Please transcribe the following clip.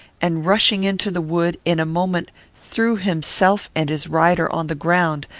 and, rushing into the wood, in a moment threw himself and his rider on the ground,